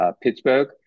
Pittsburgh